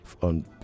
on